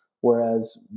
Whereas